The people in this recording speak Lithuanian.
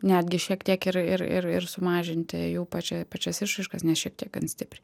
netgi šiek tiek ir ir ir ir sumažinti jų pačia pačias išraiškas ne šiek tiek gan stipriai